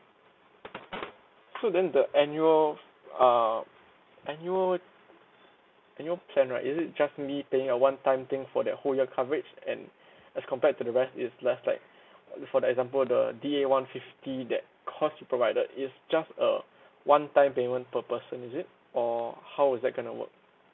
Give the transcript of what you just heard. so then the annual uh annual annual plan right is it just me paying a one time thing for that whole year coverage and as compared to the rest is just like for the example the D A one fifty that cost you provided it's just a one time payment per person is it or how is that going to work